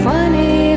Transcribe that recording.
Funny